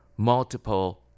Multiple